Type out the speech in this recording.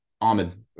ahmed